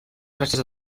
frases